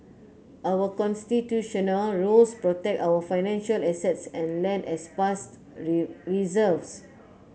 our Constitutional rules protect our financial assets and land as past reserves